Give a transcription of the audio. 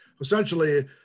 essentially